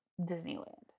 Disneyland